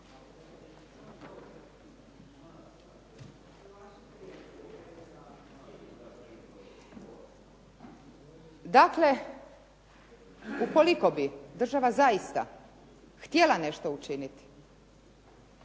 Dakle, ukoliko bi država zaista htjela nešto učiniti